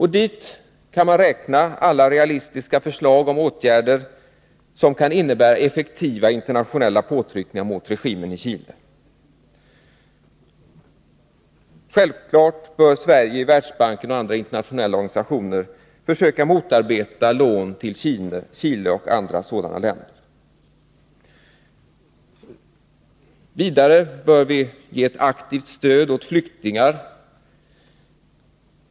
Hit kan man räkna alla realistiska förslag om åtgärder som kan innebära effektiva internationella påtryckningar mot regimen i Chile. Självfallet bör Sverige i Världsbanken och andra internationella organisationer försöka motarbeta lån till Chile och andra liknande länder. Vi bör ge ett ökat stöd åt flyktingar.